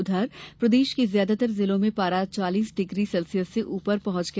उधर प्रदेश के ज्यादातर जिलों में पारा चालीस डिग्री सेल्सियस से ऊपर पहुंच गया